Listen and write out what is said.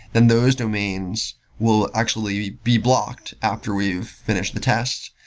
then those domains will actually be be blocked after we've finished the tests.